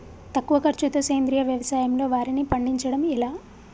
తక్కువ ఖర్చుతో సేంద్రీయ వ్యవసాయంలో వారిని పండించడం ఎలా?